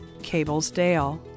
Cablesdale